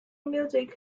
music